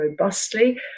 robustly